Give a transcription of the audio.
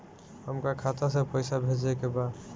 हमका खाता में पइसा भेजे के बा